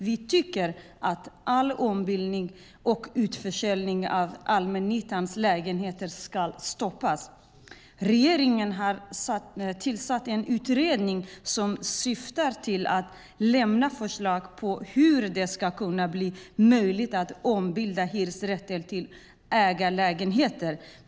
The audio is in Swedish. Vi tycker att all ombildning och utförsäljning av allmännyttans lägenheter ska stoppas. Regeringen har tillsatt en utredning som syftar till att lämna förslag på hur det ska kunna bli möjligt att ombilda hyresrätter till ägarlägenheter.